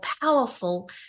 powerful